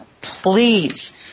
please